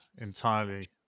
entirely